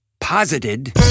posited